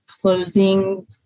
closing